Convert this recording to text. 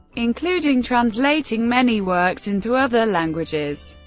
including translating many works into other languages.